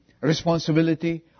responsibility